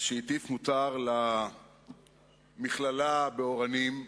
שהטיף מוסר למכינה ב"אורנים".